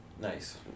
Nice